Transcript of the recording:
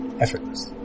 effortless